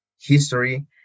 history